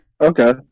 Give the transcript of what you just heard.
Okay